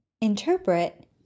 Interpret